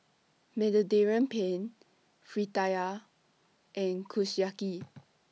Mediterranean Penne Fritada and Kushiyaki